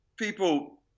people